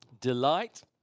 Delight